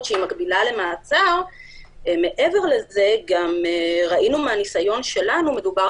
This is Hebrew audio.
שהיא מקבילה למעצר; ראינו מהניסיון שלנו שמדובר